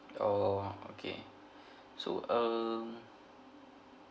orh okay so um